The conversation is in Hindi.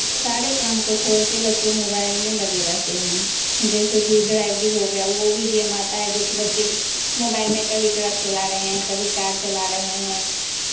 सारे काम को छोड़ कर बच्चे मोबाइल में लगे रहते हैं जैसे कि ड्राइवरी हो गया वो भी गेम आता है जो कि बच्चे मोबाइल में कभी ट्रक चला रहे हैं कभी कार चला रहे हैं